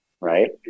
right